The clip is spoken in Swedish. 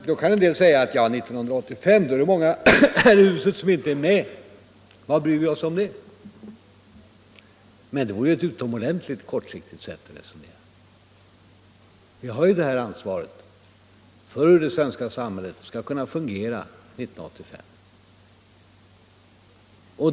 Då kan en del säga: ”Ja, 1985 är många här i huset inte med, så vad bryr vi oss om det.” Men det vore ett utomordentligt kortsiktigt sätt att resonera. Vi har ansvaret för hur det svenska samhället skall kunna fungera 1985.